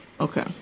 Okay